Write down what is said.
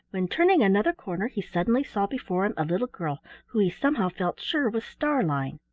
when turning another corner he suddenly saw before him a little girl who he somehow felt sure was starlein.